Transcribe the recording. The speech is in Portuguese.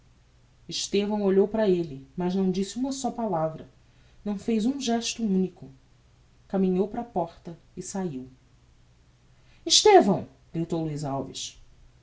estevão olhou para elle mas não disse uma só palavra não fez um gesto unico caminhou para a porta e saiu estevão gritou luiz alves